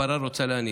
הפרה רוצה להיניק.